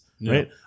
right